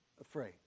afraid